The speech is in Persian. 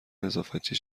نظافتچی